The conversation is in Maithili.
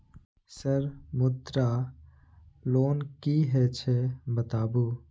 सर मुद्रा लोन की हे छे बताबू?